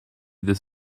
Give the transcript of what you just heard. this